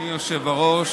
שומע את עצמי.